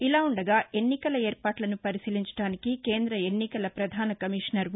ఇలావుండగా ఎన్నికల ఏర్పాట్లను పరిశీలించడానికి కేంద్రద ఎన్నికల పధాన కమీషనర్ ఒ